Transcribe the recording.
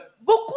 Beaucoup